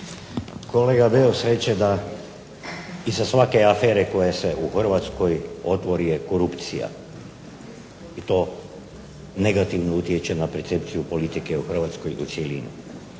Kolega Beus reče da iza svake afere koja se u Hrvatskoj otvori je korupcija i to negativno utječe na percepciju politike u HRvatskoj i u cjelini.